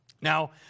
Now